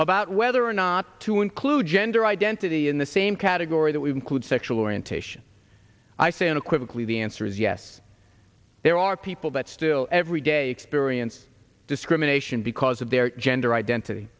about whether or not to include gender identity in the same category that we include sexual orientation i say unequivocally the answer is yes there are people that still every day experience discrimination because of their gender identity